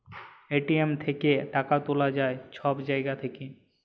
ATM থ্যাইকে টাকা তুলা যায় ছব জায়গা থ্যাইকে